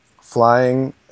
flying